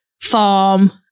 farm